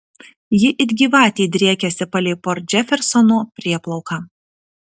ji it gyvatė driekiasi palei port džefersono prieplauką